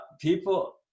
people